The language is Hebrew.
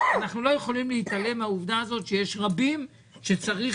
אנחנו לא יכולים להתעלם מהעובדה הזו שיש רבים שצריך